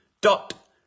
dot